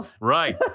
Right